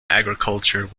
agriculture